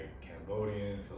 Cambodian